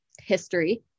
history